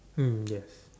mm yes